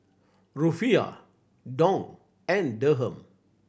Rufiyaa Dong and Dirham